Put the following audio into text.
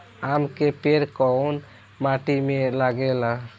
आम के पेड़ कोउन माटी में लागे ला?